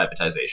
privatization